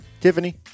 Tiffany